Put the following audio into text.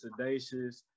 Sedacious